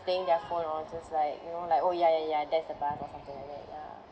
playing their phone or just like you know like oh ya ya ya that's the bus or something like that ya